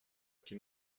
qui